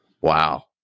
Wow